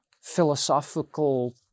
philosophical